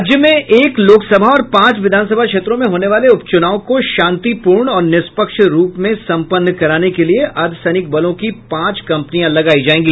राज्य में एक लोकसभा और पांच विधानसभा क्षेत्रों में होनेवाले उपच्रनाव को शांतिपूर्ण और निष्पक्ष रुप में संपन्न कराने के लिए अर्धसैनिक बलों की पांच कंपनियां लगायी जायेगी